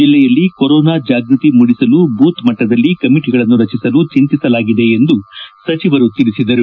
ಜಲ್ಲೆಯಲ್ಲಿ ಕೊರೊನಾ ಜಾಗೃತಿ ಮೂಡಿಸಲು ಬೂತ್ ಮಟ್ನದಲ್ಲಿ ಕಮಿಟಗಳನ್ನು ರಚಿಸಲು ಚಿಂತಿಸಲಾಗಿದೆ ಎಂದು ಸಚಿವರು ತಿಳಿಸಿದರು